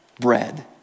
Bread